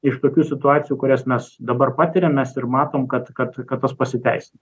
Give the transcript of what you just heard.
iš tokių situacijų kurias mes dabar patiriam mes ir matom kad kad kad tas pasiteisina